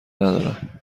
ندارم